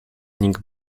nikt